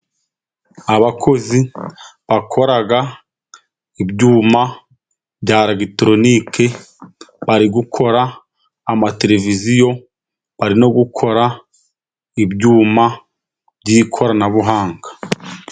Abakozi bakora ibyuma bya elegitoronike, bari gukora amateleviziyo bari no gukora ibyuma by'ikoranabuhanga.